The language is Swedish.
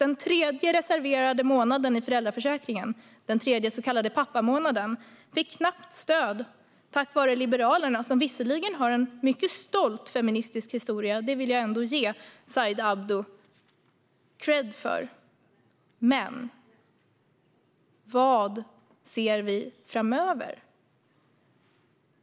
Den tredje reserverade månaden i föräldraförsäkringen - den så kallade tredje pappamånaden - fick knappt stöd, tack vare Liberalerna. De har visserligen en mycket stolt feministisk historia. Det vill jag ändå ge Said Abdu kredd för. Men vad ser vi framöver?